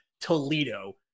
Toledo